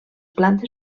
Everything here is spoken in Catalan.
plantes